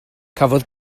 cafodd